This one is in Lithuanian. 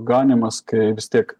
ganymas kai vis tiek